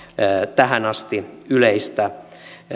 tähän asti yleistä